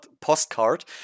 postcard